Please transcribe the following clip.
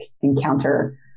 encounter